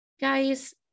Guys